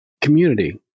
Community